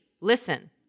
Listen